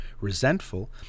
resentful